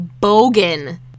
Bogan